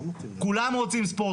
כולם רוצים ספורט.